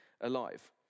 alive